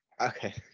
Okay